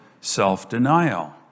self-denial